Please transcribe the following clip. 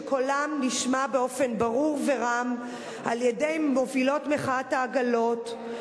שקולם נשמע באופן ברור ורם על-ידי מובילות מחאת העגלות,